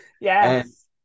Yes